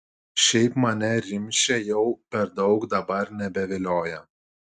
šiaip mane rimšė jau per daug dabar nebevilioja